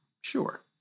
Sure